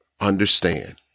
understand